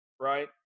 right